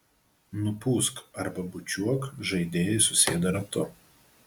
nupūsk arba bučiuok žaidėjai susėda ratu